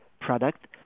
product